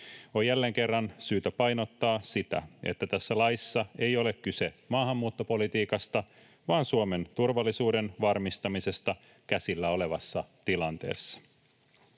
On jälleen kerran syytä painottaa sitä, että tässä laissa ei ole kyse maahanmuuttopolitiikasta, vaan Suomen turvallisuuden varmistamisesta käsillä olevassa tilanteessa.